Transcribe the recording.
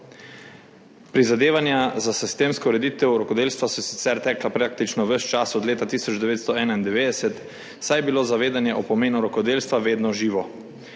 Prizadevanja za sistemsko ureditev rokodelstva so sicer tekla praktično ves čas od leta 1991, saj je bilo zavedanje o pomenu rokodelstva vedno živo.